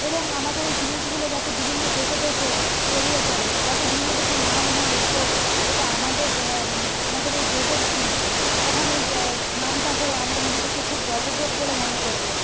এবং আমাদের এই জিনিসগুলো যাতে বিভিন্ন দেশে দেশে ছড়িয়ে পড়ে যাতে বিভিন্ন দেশের নাম হয় যে এটা আমাদের হ্যাঁ আমাদের এই দেশের শিল্প তখন এই দে নামটা হয়ে আমরা নিজেদেরকে খুব গর্ববোধ বলে মনে করবো